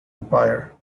empire